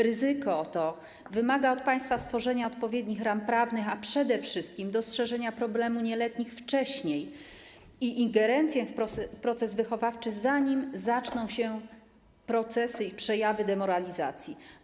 Ryzyko to wymaga od państwa stworzenia odpowiednich ram prawnych, a przede wszystkim dostrzeżenia problemu nieletnich wcześniej i ingerencji w proces wychowawczy, zanim zaczną się procesy i przejawy demoralizacji.